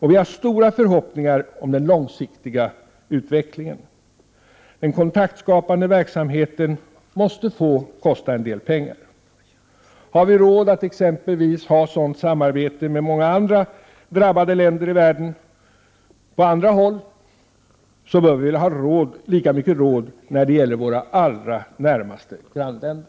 Vi har stora förhoppningar om den långsiktiga utvecklingen. Den kontaktskapande verksamheten måste få kosta en del pengar. Har vi råd med samarbete med andra drabbade länder i världen, bör vi väl ha lika mycket råd när det gäller våra allra närmaste grannländer.